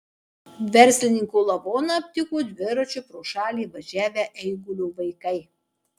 verslininko lavoną aptiko dviračiu pro šalį važiavę eigulio vaikai